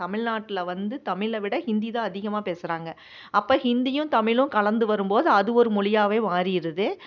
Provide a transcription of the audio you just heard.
தமிழ்நாட்டில் வந்து தமிழை விட ஹிந்தி தான் அதிகமாக பேசுகிறாங்க அப்போ ஹிந்தியும் தமிழும் கலந்து வரும் போது அது ஒரு மொழியாகவே மாறிடுது